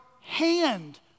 hand